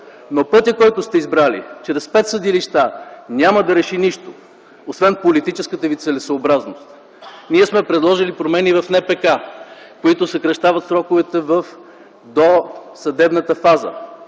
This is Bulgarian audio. Но пътят, който сте избрали – чрез пет съдилища, няма да реши нищо, освен политическата ви целесъобразност. Ние сме предложили промени в НПК, които съкращават сроковете в до съдебната фаза